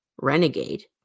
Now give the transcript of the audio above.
renegade